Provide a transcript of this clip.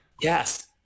Yes